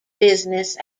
business